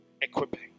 equipping